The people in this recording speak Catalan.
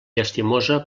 llastimosa